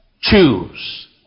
choose